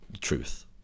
truth